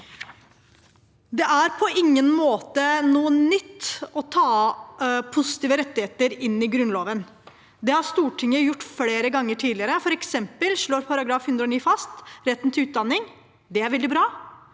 Det er på ingen måte noe nytt å ta positive rettigheter inn i Grunnloven. Det har Stortinget gjort flere ganger tidligere. For eksempel slår § 109 fast retten til utdanning – det er veldig bra